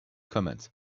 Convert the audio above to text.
commands